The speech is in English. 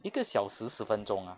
一个小时十分钟 ah